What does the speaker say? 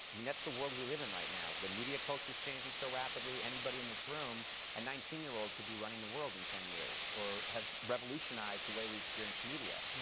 i mean that's the world we live in right now. the media culture is changing so rapidly, anybody in this room a nineteen year old could be running the world in ten years, or have revolutionized the way we experience media.